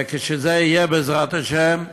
וכשזה יהיה, בעזרת השם,